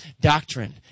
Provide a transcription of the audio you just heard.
Doctrine